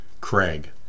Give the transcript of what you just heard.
Craig